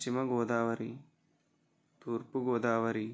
Paschima Godavari Thurpu Godavari